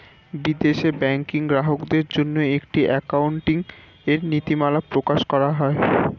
বিদেশে ব্যাংকিং গ্রাহকদের জন্য একটি অ্যাকাউন্টিং এর নীতিমালা প্রকাশ করা হয়